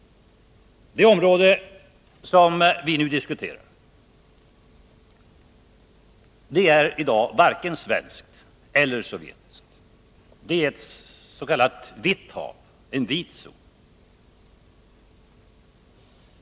Det område som vi nu diskuterar är i dag varken svenskt eller sovjetiskt utan s.k. vit zon.